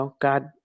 God